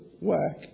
work